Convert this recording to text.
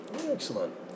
Excellent